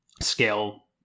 scale